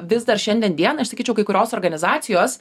vis dar šiandien dienai aš sakyčiau kai kurios organizacijos